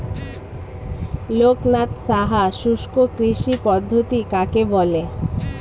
লোকনাথ সাহা শুষ্ককৃষি পদ্ধতি কাকে বলে?